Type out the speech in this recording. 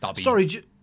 Sorry